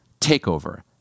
Takeover